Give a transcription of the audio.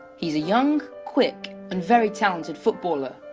he's a young, quick and very talented footballer,